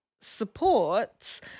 supports